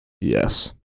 Yes